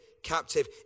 captive